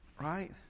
Right